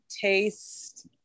taste